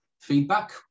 feedback